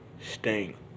Sting